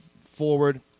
forward